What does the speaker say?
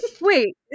wait